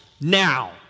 now